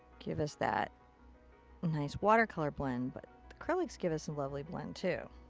give us that nice watercolor blend. but acrylics give us a lovely blend too.